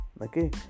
okay